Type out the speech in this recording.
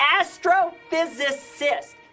astrophysicist